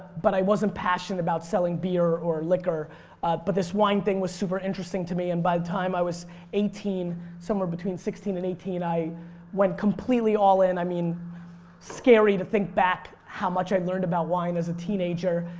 but i wasn't passionate about selling beer or liquor but this wine thing was super interesting to me and by the time i was eighteen somewhere between sixteen and eighteen i went completely all-in. i mean scary to think back how much i learned about wine as a teenager.